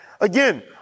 Again